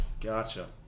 Gotcha